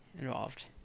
involved